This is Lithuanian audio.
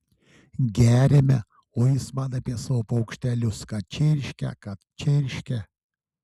geriame o jis man apie savo paukštelius kad čirškia kad čirškia